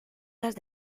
las